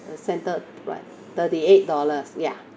the center one thirty eight dollars ya